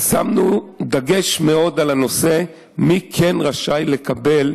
שמנו דגש רב על הנושא מי כן רשאי לקבל